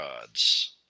gods